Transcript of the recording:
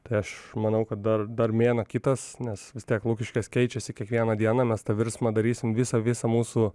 tai aš manau kad dar dar mėnuo kitas nes vis tiek lukiškės keičiasi kiekvieną dieną mes tą virsmą darysim visą visą mūsų